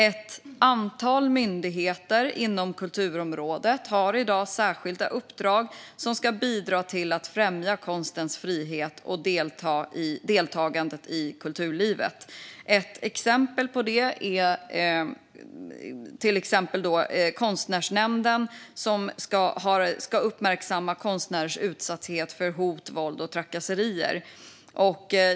Ett antal myndigheter inom kulturområdet har i dag särskilda uppdrag som ska bidra till att främja konstens frihet och deltagandet i kulturlivet. Ett exempel på det är Konstnärsnämnden, som ska uppmärksamma konstnärers utsatthet för hot, våld och trakasserier.